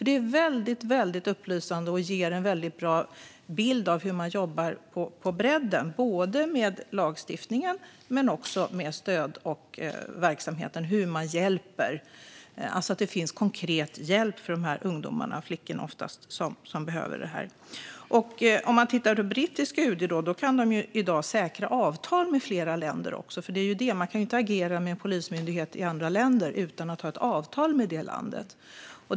Det är väldigt upplysande och ger en väldigt bra bild av hur man jobbar på bredden, både med lagstiftningen och med stödverksamheten så att det finns konkret hjälp för de ungdomar, oftast flickor, som behöver det. När det gäller det brittiska UD och hur de jobbar kan de i dag säkra avtal med flera länder. Man kan ju inte agera med en polismyndighet i ett annat land utan att ha ett avtal med det landet.